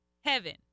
heaven